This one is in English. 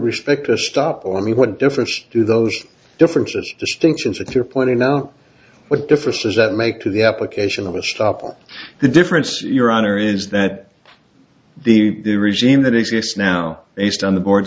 respect to a stop on the what difference do those differences distinctions if you're pointing out what difference does that make to the application of a stop the difference your honor is that the regime that exists now based on the board